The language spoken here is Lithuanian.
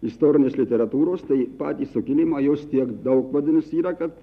istorinės literatūros tai patį sukilimą jos tiek daug vadinasi yra kad